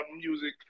Music